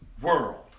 world